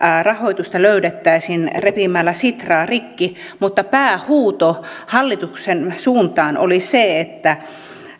rahoitusta löydettäisiin repimällä sitraa rikki mutta päähuuto hallituksen suuntaan oli se että